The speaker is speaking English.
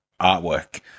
artwork